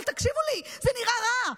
אבל תקשיבו לי, זה נראה רע.